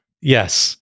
Yes